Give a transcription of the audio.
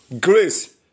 Grace